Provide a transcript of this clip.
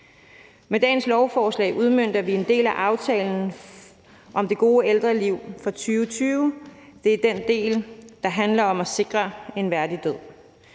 Med dagens lovforslag udmønter vi en del af aftalen om det gode ældreliv fra 2020. Det er den del, der handler om at sikre en værdig død.